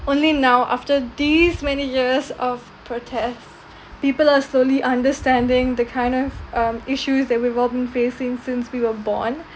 only now after these many years of protests people are slowly understanding the kind of um issues that we've all been facing since we were born